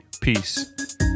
Peace